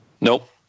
Nope